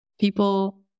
people